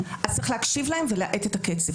אז צריך להקשיב להם ולהאט את הקצב,